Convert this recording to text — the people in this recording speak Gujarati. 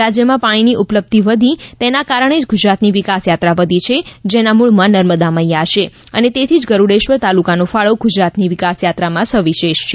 રાજ્યમાં પાણીની ઉપલબ્ધી વધી તેના કારણે જ ગુજરાતની વિકાસયાત્રા વધી છે જેના મુળમાં નર્મદામૈયા છે અને તેથી જ ગરૂડેશ્વર તાલુકાનો ફાળો ગુજરાતની વિકાસયાત્રામાં સવિશેષ છે